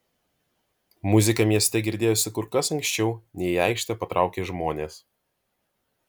muzika mieste girdėjosi kur kas anksčiau nei į aikštę patraukė žmonės